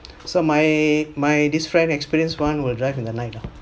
so my my this friend experienced one will drive in the night lah